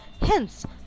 hence